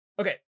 Okay